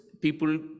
people